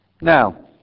Now